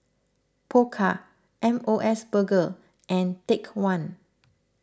Pokka M O S Burger and Take one